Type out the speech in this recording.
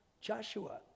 Joshua